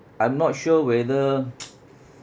I'm not sure whether